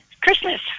Christmas